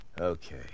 Okay